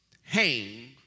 hang